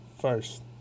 First